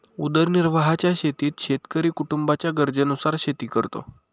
उदरनिर्वाहाच्या शेतीत शेतकरी कुटुंबाच्या गरजेनुसार शेती करतो